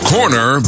Corner